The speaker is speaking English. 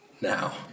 now